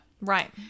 Right